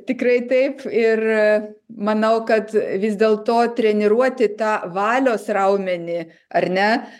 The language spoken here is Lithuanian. tikrai taip ir manau kad vis dėlto treniruoti tą valios raumenį ar ne